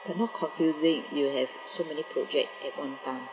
but not confusing you have so many project at one time